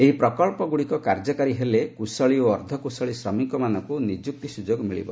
ଏହି ପ୍ରକଳ୍ପଗୁଡ଼ିକ କାର୍ଯ୍ୟକାରୀ ହେଲେ କୁଶଳୀ ଓ ଅର୍ଦ୍ଧ କୁଶଳୀ ଶ୍ରମିକମାନଙ୍କୁ ନିଯୁକ୍ତି ସୁଯୋଗ ମିଳିବ